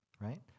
right